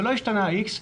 שלא השתנה ה-x,